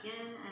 again